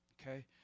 okay